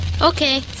Okay